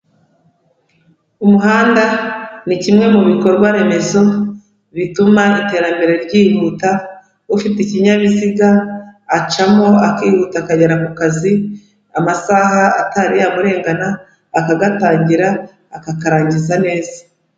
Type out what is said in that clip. Umuhanda ni kimwe mu bikorwa remezo bituma iterambere ryihuta, ufite ikinyabiziga acamo, akihuta, akagera mu kazi amasaha atari yamurengana, akagatangira akakarangiza neza.